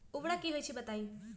उर्वरक की होई छई बताई?